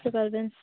আসতে পারবেন